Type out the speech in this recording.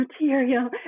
material